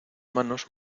manos